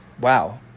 wow